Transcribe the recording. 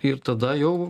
ir tada jau